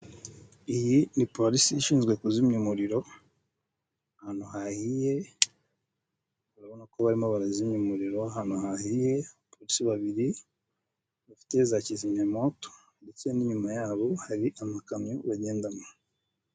Iyi ni polisi ishinzwe kuzimya umuriro ahantu hahiye, urabona ko barimo barimo barazimya umuriro ahantu hahiye, ndetse babiri bafite za kizimyamwoto ndetse n'inyuma yabo hari amakamyo bagendamo.